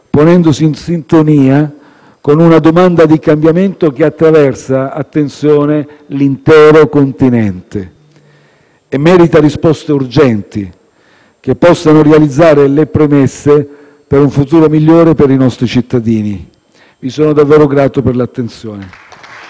ponendosi in sintonia con una domanda di cambiamento che - attenzione - attraversa l'intero continente e merita risposte urgenti, che possano realizzare le premesse per un futuro migliore per i nostri cittadini. Vi sono davvero grato per l'attenzione.